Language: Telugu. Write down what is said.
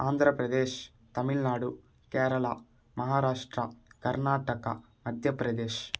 ఆంధ్రప్రదేశ్ తమిళనాడు కేరళ మహారాష్ట్ర కర్ణాటక మధ్యప్రదేశ్